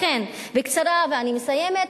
לכן, בקצרה, ואני מסיימת,